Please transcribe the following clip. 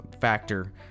factor